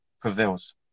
prevails